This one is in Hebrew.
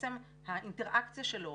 ובעצם האינטראקציה שלו,